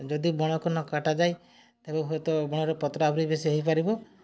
ଯଦି ବଣକୁ ନ କାଟାଯାଏ ତେବେ ହୁଏତ ବଣରେ ପତ୍ର ବେଶୀ ହୋଇପାରିବ